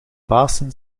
pasen